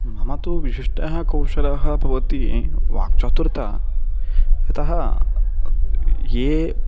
मम तु विशिष्टः कौशलः भवति वाक्चतुरता यतः ये